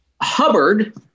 Hubbard